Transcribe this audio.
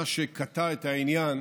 מה שקטע את העניין